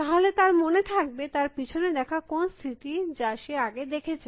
তাহলে তার মনে থাকবে তার পিছনে দেখা কোনো স্থিতি যা সে আগে দেখেছে